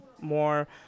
more